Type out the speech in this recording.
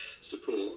support